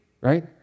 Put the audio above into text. Right